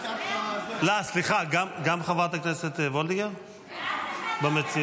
סליחה, גם חברת הכנסת וולדיגר במציעות?